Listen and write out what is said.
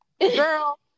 Girl